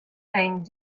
thing